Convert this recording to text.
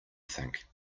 think